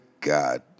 God